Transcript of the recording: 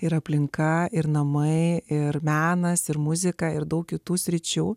ir aplinka ir namai ir menas ir muzika ir daug kitų sričių